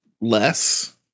less